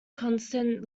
contestant